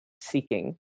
seeking